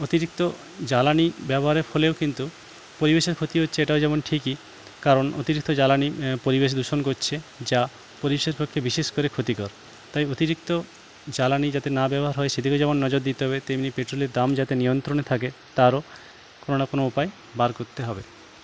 অতিরিক্ত জ্বালানি ব্যবহারের ফলেও কিন্তু পরিবেশের ক্ষতি হচ্ছে এটাও যেমন ঠিকই কারণ অতিরিক্ত জ্বালানি পরিবেশ দূষণ করছে যা পক্ষে বিশেষ করে ক্ষতিকর তাই অতিরিক্ত জ্বালানি যাতে না ব্যবহার হয় সেদিকেও যেমন নজর দিতে হবে তেমনি পেট্রোলের দাম যাতে নিয়ন্ত্রণে থাকে তারও কোন না কোন উপায় বার করতে হবে